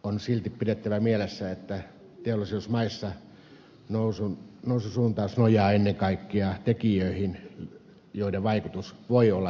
on silti pidettävä mielessä että teollisuusmaissa noususuuntaus nojaa ennen kaikkea tekijöihin joiden vaikutus voi olla tilapäinen